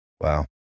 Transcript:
Wow